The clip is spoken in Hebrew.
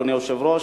אדוני היושב-ראש,